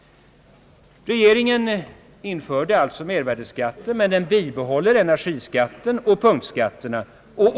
Regeringen inför mervärdeskatt, men behåller energiskatten och punktskatterna.